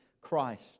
Christ